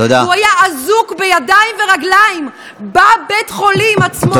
הוא היה אזוק בידיים וברגליים בבית החולים עצמו.